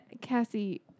Cassie